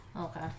Okay